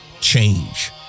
change